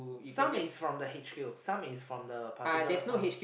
some is from the h_q some is from the particular's house